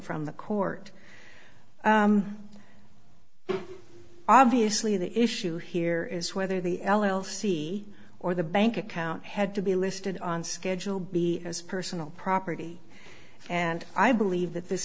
from the court obviously the issue here is whether the l l c or the bank account had to be listed on schedule b as personal property and i believe that this